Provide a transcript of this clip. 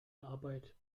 arbeit